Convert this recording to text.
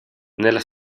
nella